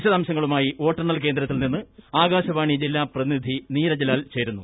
വിശദവിവരങ്ങളുമായി വോട്ടെണ്ണൽ കേന്ദ്രത്തിൽ നിന്ന് ആകാശവാണി ജില്ലാ പ്രതിനിധി നീരജ് ലാൽ ചേരുന്നു